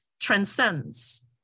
transcends